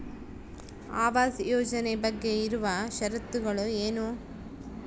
ಆವಾಸ್ ಯೋಜನೆ ಬಗ್ಗೆ ಇರುವ ಶರತ್ತುಗಳು ಏನು?